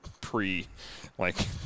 pre-like